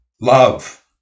love